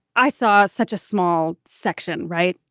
i saw such a small section, right?